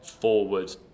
forward